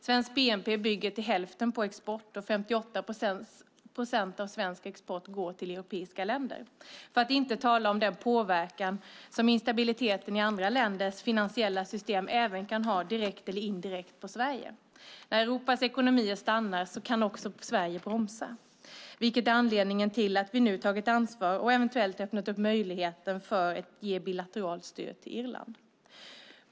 Svensk bnp bygger till hälften på export, och 58 procent av svensk export går till europeiska länder, för att inte tala om den påverkan som instabiliteten i andra länders finansiella system även kan ha direkt eller indirekt på Sverige. När Europas ekonomier stannar kan också Sverige bromsa, vilket är anledningen till att vi nu har tagit ansvar och eventuellt öppnat upp möjligheten att ge bilateralt stöd till Irland.